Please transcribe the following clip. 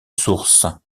source